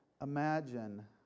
imagine